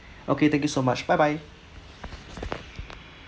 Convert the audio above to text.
okay thank you so much bye bye